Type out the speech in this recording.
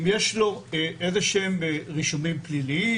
אם יש לו איזה שהם רישומים פליליים,